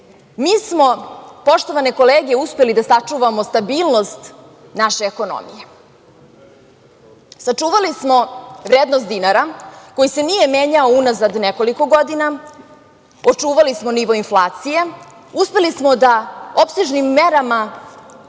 mi smo poštovane kolege, uspeli da sačuvamo stabilnost naše ekonomije. Sačuvali smo vrednost dinara koji se nije menjao unazad nekoliko godina, očuvali smo nivo inflacije, uspeli smo da opsežnim merama